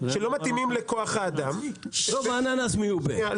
שלא מתאימים לכוח האדם --- אננס מיובא.